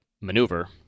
maneuver